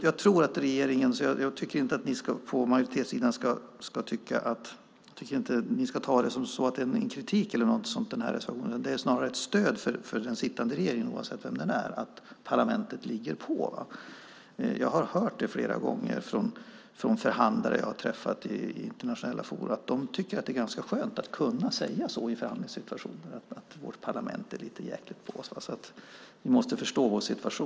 Jag tycker inte att ni på majoritetssidan ska ta den här reservationen som att det är en kritik eller någonting sådant. Det är snarare ett stöd för den sittande regeringen, oavsett vilken den är, att parlamentet ligger på. Jag har hört flera gånger från förhandlare som jag har träffat i internationella forum att de tycker att det är ganska skönt att kunna säga så här i förhandlingssituationer: Vårt parlament är lite jäkligt mot oss, så ni måste förstå vår situation.